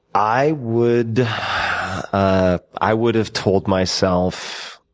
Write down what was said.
i would ah i would have told myself